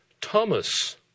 Thomas